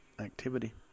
activity